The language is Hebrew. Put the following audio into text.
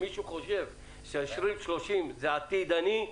אם מישהו חושב ש-2030 זה עתידני,